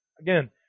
Again